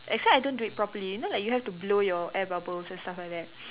as long I don't do it properly you know like you have to blow your air bubbles and stuff like that